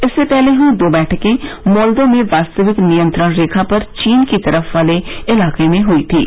इससे पहले हुई दो बैठकें मोल्दो में वास्तविक नियंत्रण रेखा पर चीन की तरफ वाले इलाके में हुई थीं